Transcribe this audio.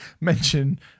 mention